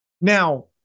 Now